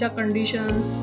conditions